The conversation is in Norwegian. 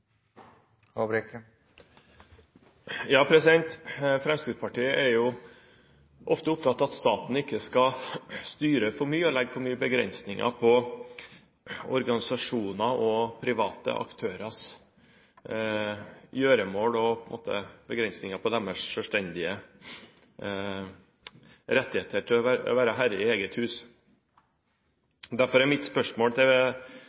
ofte opptatt av at staten ikke skal styre for mye og legge for mye begrensninger på organisasjoner og private aktørers gjøremål og deres selvstendige rettigheter til å være herre i eget hus. Derfor er mitt spørsmål til